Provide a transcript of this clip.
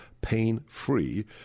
pain-free